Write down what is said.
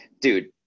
dude